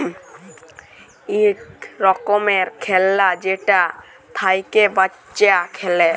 ইক রকমের খেল্লা যেটা থ্যাইকে বাচ্চা খেলে